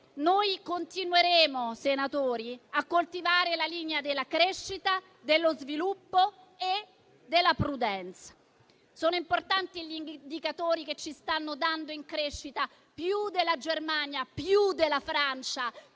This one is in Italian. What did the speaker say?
continueremo a coltivare la linea della crescita, dello sviluppo e della prudenza. Sono importanti gli indicatori che ci stanno dando in crescita più della Germania e più della Francia: in tutta